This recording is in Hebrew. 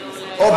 תכנוניים או,